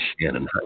Shannon